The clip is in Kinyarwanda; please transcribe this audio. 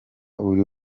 buri